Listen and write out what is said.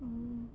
mm